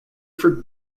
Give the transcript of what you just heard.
for